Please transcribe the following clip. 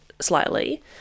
slightly